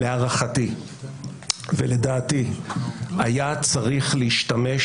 להערכתי ולדעתי היה צריך להשתמש